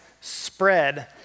spread